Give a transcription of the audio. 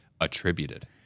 attributed